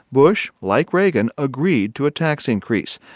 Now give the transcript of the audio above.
bush, like reagan, agreed to a tax increase.